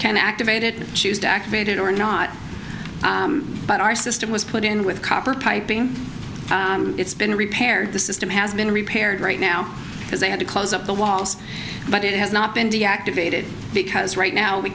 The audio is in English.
can activate it choose to activate it or not but our system was put in with copper piping it's been repaired the system has been repaired right now because they had to close up the walls but it has not been deactivated because right now we